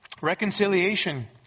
reconciliation